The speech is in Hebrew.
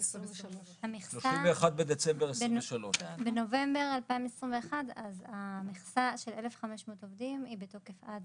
31 בדצמבר 2023. בנובמבר 2021 המכסה של 1,500 עובדים בתוקף עד